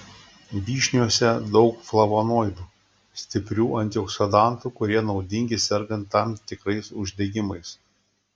vyšniose daug flavonoidų stiprių antioksidantų kurie naudingi sergant tam tikrais uždegimais